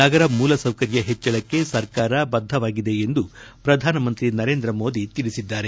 ನಗರ ಮೂಲಸೌಕರ್ಯ ಹೆಚ್ಚಳಕ್ಕೆ ಸರ್ಕಾರ ಬದ್ಲವಾಗಿದೆ ಎಂದು ಪ್ರಧಾನಮಂತ್ರಿ ನರೇಂದ್ರ ಮೋದಿ ತಿಳಿಸಿದ್ದಾರೆ